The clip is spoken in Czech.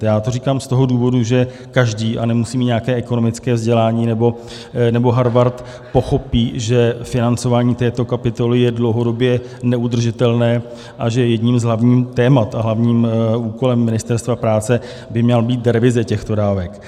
Já to říkám z toho důvodu, že každý, a nemusí mít nějaké ekonomické vzdělání nebo Harvard, pochopí, že financování této kapitoly je dlouhodobě neudržitelné a že jedním z hlavních témat a hlavním úkolem Ministerstva práce by měla být revize těchto dávek.